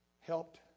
helped